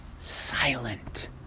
silent